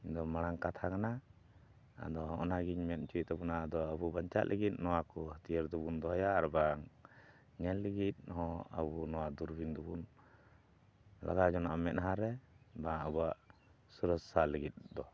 ᱤᱧ ᱫᱚ ᱢᱟᱲᱟᱝ ᱠᱟᱛᱷᱟ ᱠᱟᱱᱟ ᱟᱫᱚ ᱚᱱᱟᱜᱤᱧ ᱢᱮᱱ ᱦᱚᱪᱚᱭ ᱛᱟᱵᱚᱱᱟ ᱟᱫᱚ ᱟᱵᱚ ᱵᱟᱧᱪᱟᱜ ᱞᱟᱹᱜᱤᱫ ᱱᱚᱣᱟ ᱠᱚ ᱦᱟᱹᱛᱭᱟᱹᱨ ᱫᱚᱵᱚᱱ ᱫᱚᱦᱚᱭᱟ ᱟᱨ ᱵᱟᱝ ᱧᱮᱞ ᱞᱟᱹᱜᱤᱫ ᱦᱚᱸ ᱟᱵᱚ ᱱᱚᱣᱟ ᱫᱩᱨᱵᱤᱱ ᱫᱚᱵᱚᱱ ᱞᱟᱜᱟᱣ ᱡᱚᱱᱚᱜᱼᱟ ᱢᱮᱫᱦᱟ ᱨᱮ ᱵᱟᱝ ᱟᱵᱚᱣᱟᱜ ᱥᱩᱨᱚᱠᱠᱷᱟ ᱞᱟᱹᱜᱤᱫ ᱫᱚ